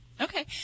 Okay